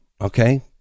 Okay